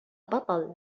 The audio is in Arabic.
بطل